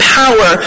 power